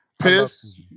Piss